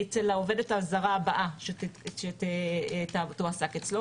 אצל העובדת הזרה הבאה שתועסק אצלו,